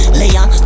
layer